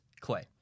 Clay